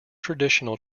traditional